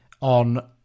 on